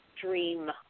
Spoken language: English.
dream